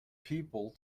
people